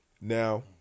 Now